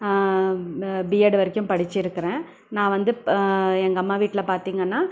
BEd வரைக்கும் படிச்சுருக்கறேன் நான் வந்து எங்கள் அம்மா வீட்டில் பார்த்தீங்கன்னா